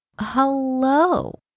hello